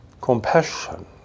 compassion